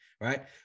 Right